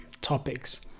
topics